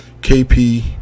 kp